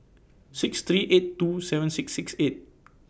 six three eight two seven six six eight